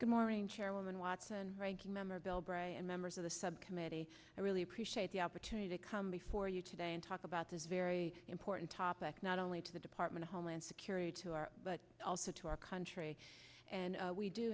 good morning chairwoman watson ranking member bilbray and members of the subcommittee i really appreciate the opportunity to come before you today and talk about this very important topic not only to the department of homeland security to our but also to our country and we do